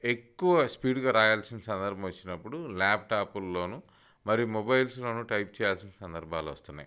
ఎక్కువ స్పీడ్గా రాయాల్సిన సందర్భం వొచ్చినప్పుడు ల్యాప్టాపుల్లోనూ మరి మొబైల్స్లోనూ టైప్ చేయాల్సిన సందర్భాలొస్తున్నాయి